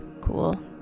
cool